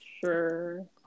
Sure